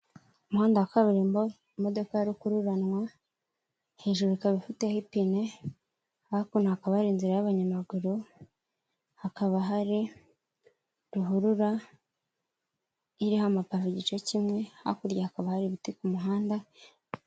Umuhanda wa kaburimbo, imodoka ya rukururanwa, hejuru ikaba ifiteho ipine, hakuno hakaba hari inzira y'abanyamaguru, hakaba hari ruhurura iriho amapave igice kimwe, hakurya hakaba hari ibiti ku muhanda.